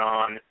on